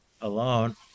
alone